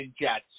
Jets